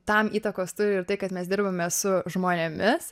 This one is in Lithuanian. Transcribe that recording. tam įtakos turi ir tai kad mes dirbame su žmonėmis